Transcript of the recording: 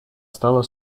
стала